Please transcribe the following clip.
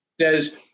Says